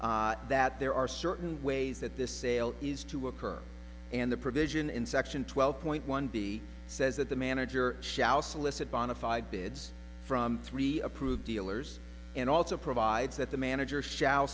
clear that there are certain ways that this sale is to occur and the provision in section twelve point one b says that the manager shall solicit bonafied bids from three approved dealers and also provides that the manager shall